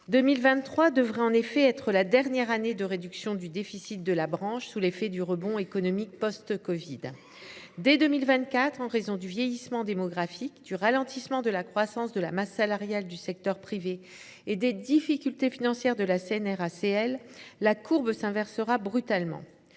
2023 devrait en effet être la dernière année marquée par une réduction du déficit de la branche sous l’effet du rebond économique post covid. Dès 2024, en raison du vieillissement démographique, du ralentissement de la croissance de la masse salariale du secteur privé et des difficultés financières de la Caisse nationale de retraites